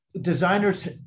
designers